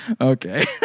Okay